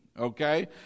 Okay